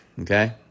Okay